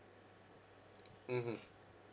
mmhmm